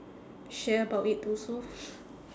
share about it also